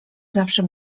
zawsze